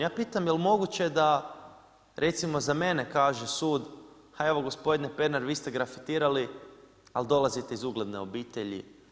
Ja pitam, jel moguće da, recimo za mene kaže sud, pa evo gospodin Pernar vi ste gravitirali, ali dolazite iz ugledne obitelji.